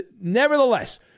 nevertheless